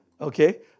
okay